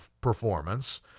performance